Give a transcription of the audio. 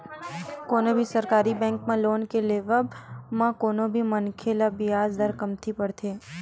कोनो भी सरकारी बेंक म लोन के लेवब म कोनो भी मनखे ल बियाज दर कमती परथे